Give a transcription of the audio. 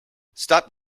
stop